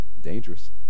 dangerous